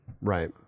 Right